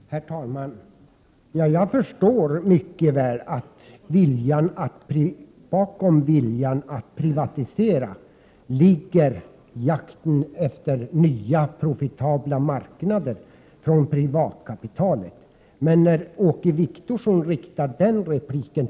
Herr talman! Jag förstår mycket väl att det bakom viljan att privatisera finns en strävan efter nya, profitabla marknader från privatkapitalets sida. Åke Wictorsson vänder sig till mig.